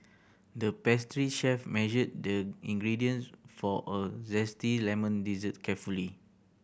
the pastry chef measured the ingredients for a zesty lemon dessert carefully